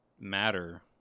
matter